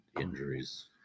injuries